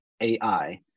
AI